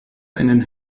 einen